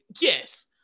yes